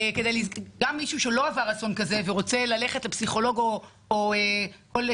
גם מישהו שלא עבר אסון כזה ורוצה ללכת לפסיכולוג או לטיפול